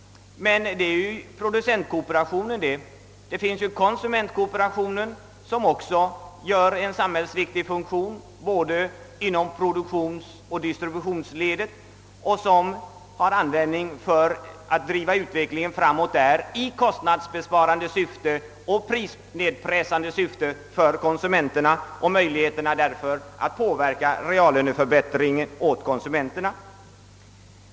Det gäller i detta fall producentkooperationen. Men det finns också en konsumentkooperation som har en samhällsviktig funktion både inom produktionsoch distributionsledet och som har intresse för en utveckling mot lägre kostnader och lägre priser för konsumenterna med åtföljande reallöneförbättring för dessa.